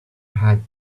had